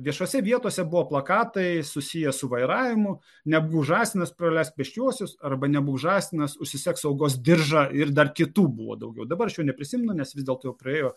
viešose vietose buvo plakatai susiję su vairavimu nebūk žąsinas praleisk pėsčiuosius arba nebūk žąsinas užsisek saugos diržą ir dar kitų buvo daugiau dabar aš jo neprisimenu nes vis dėlto praėjo